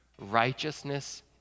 Righteousness